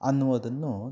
ಅನ್ನುವುದನ್ನು